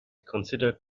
consider